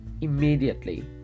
immediately